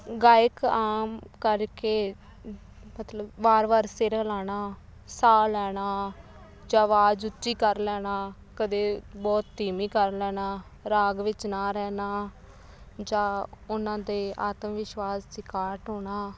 ਗਾਇਕ ਆਮ ਕਰਕੇ ਮਤਲਬ ਵਾਰ ਵਾਰ ਸੇਹਰਾ ਲਾਣਾ ਸਾਹ ਲੈਣਾ ਜਾਂ ਅਵਾਜ ਉੱਚੀ ਕਰ ਲੈਣਾ ਕਦੇ ਬਹੁਤ ਧੀਮੀ ਕਰ ਲੈਣਾ ਰਾਗ ਵਿੱਚ ਨਾ ਰਹਿਣਾ ਜਾਂ ਉਨ੍ਹਾਂ ਦੇ ਆਤਮ ਵਿਸ਼ਵਾਸ ਦੀ ਘਾਟ ਹੋਣਾ